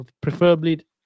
preferably